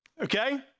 Okay